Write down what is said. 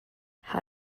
how